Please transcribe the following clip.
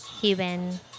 Cuban